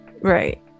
Right